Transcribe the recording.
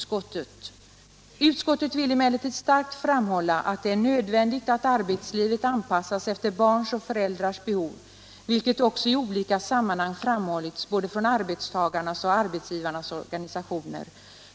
Utskottet skriver: ”Utskottet vill emellertid starkt framhålla att det är nödvändigt att arbetslivet anpassas efter barns och föräldrars behov, vilket också i olika sammanhang framhållits både från arbetstagarnas och arbetsgivarnas organisationer.